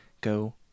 go